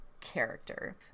character